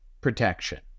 protection